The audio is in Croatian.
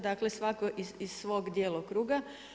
Dakle, svatko iz svog djelokruga.